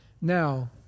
Now